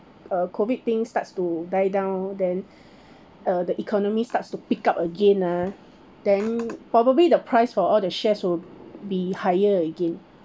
uh COVID thing starts to die down then uh the economy starts to pick up again ah then probably the price for all the shares will be higher again